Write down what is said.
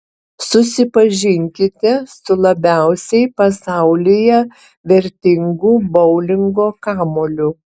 susipažinkite su labiausiai pasaulyje vertingu boulingo kamuoliu